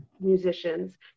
musicians